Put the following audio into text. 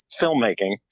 filmmaking